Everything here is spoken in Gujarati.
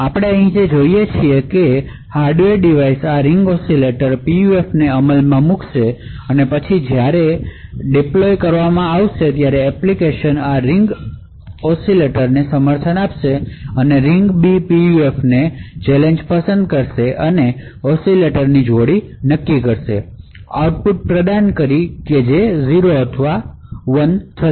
આપણે અહીં જે જોઈએ છે તે એ છે કે હાર્ડવેર ડિવાઇસ આ રીંગ ઓસિલેટર PUFને અમલમાં મૂકશે અને પછી જ્યારે ગોઠવવામાં આવશે એપ્લિકેશન આ રીંગ એનેબલ કરી આ રીંગ બી PUFને એક ચેલેંજ પસંદ કરી ઑસિલેટરની જોડી પસંદ કરી આઉટપુટ પ્રદાન કરશે જે 1 અથવા 0 છે